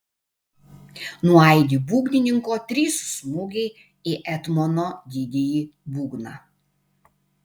nuaidi būgnininko trys smūgiai į etmono didįjį būgną